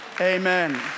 Amen